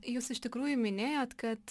jūs iš tikrųjų minėjot kad